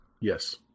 Yes